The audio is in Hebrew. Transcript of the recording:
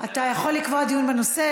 אתה יכול לקבוע דיון בנושא,